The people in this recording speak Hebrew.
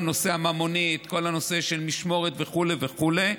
כל הנושא של משמורת וכו' וכו'.